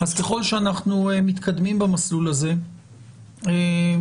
ככל שאנחנו מתקדמים במסלול הזה נטל